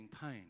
pain